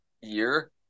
year